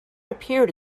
appeared